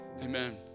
Amen